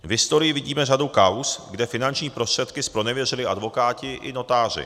V historii vidíme řadu kauz, kde finanční prostředky zpronevěřili advokáti i notáři.